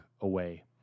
away